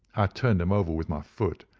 i turned him over with my foot,